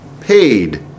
paid